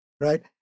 right